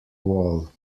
wall